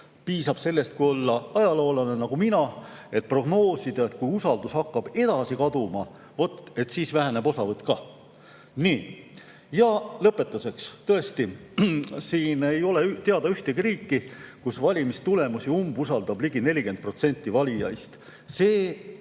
piisab sellest, kui olla ajaloolane nagu mina, et prognoosida, et kui usaldus edasi kaduma hakkab, siis väheneb osavõtt ka. Lõpetuseks. Tõesti, ei ole teada ühtegi [teist] riiki, kus valimistulemusi umbusaldab ligi 40% valijaist. Seda